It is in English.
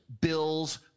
Bills